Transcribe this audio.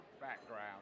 background